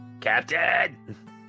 Captain